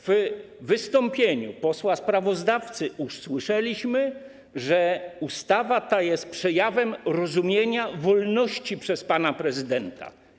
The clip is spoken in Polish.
W wystąpieniu posła sprawozdawcy usłyszeliśmy, że ustawa ta jest przejawem rozumienia wolności przez pana prezydenta.